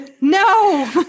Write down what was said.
no